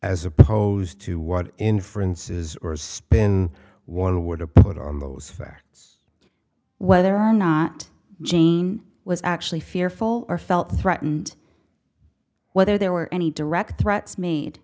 as opposed to what inferences or spin one were to put on those facts whether or not jane was actually fearful or felt threatened whether there were any direct threats made